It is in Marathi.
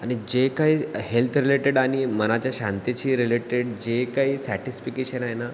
आणि जे काही हेल्थ रिलेटेड आणि मनाच्या शांतीशी रिलेटेड जे काही सॅटिस्फिकेशन आहे ना